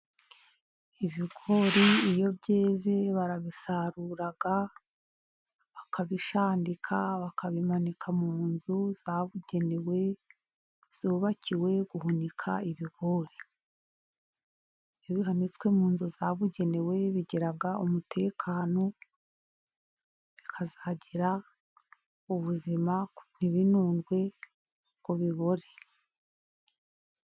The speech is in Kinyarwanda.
Ibigori iyo byeze barabisarura bakabishandika, bakabimanika mu nzu zabugenewe zubakiwe guhunika ibigori, iyo bihanitswe mu nzu zabugenewe bigira umutekano ,bikazagira ubuzima ntibinundwe ngo bibore.